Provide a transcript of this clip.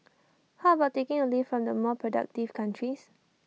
how about taking A leaf from the more productive countries